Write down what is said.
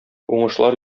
уңышлар